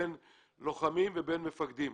בין לוחמים ובין מפקדים.